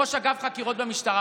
ראש אגף חקירות במשטרה,